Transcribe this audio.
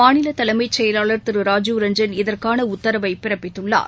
மாநில தலைமைச்செயலாளர் திரு ராஜீவ் ரஞ்சன் இதற்கான உத்தரவை பிறப்பித்துள்ளார்